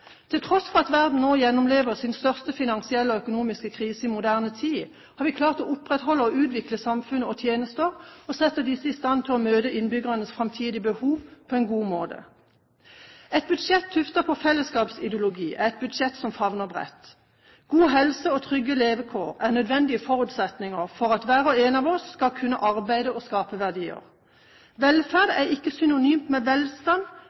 Til tross for at verden nå gjennomlever sin største finansielle og økonomiske krise i moderne tid, har vi klart å opprettholde og utvikle samfunnet og tjenester og sette disse i stand til å møte innbyggernes framtidige behov på en god måte. Et budsjett tuftet på fellesskapsideologi er et budsjett som favner bredt. God helse og trygge levekår er nødvendige forutsetninger for at hver og en av oss skal kunne arbeide og skape verdier. Velferd er ikke synonymt med velstand,